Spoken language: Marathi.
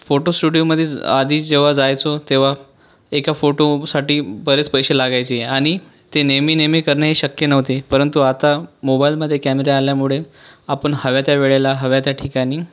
फोटो स्टुडिओमध्ये आधी जेव्हा जायचो तेव्हा एका फोटोसाठी बरेच पैसे लागायचे आणि ते नेहमी नेहमी करणे हे शक्य नव्ह ते परंतु आता मोबाईलमधे कॅमेरे आल्यामुळे आपण हव्या त्या वेळेला हव्या त्या ठिकाणी